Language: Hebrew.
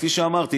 כפי שאמרתי,